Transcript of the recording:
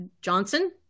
Johnson